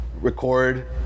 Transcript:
record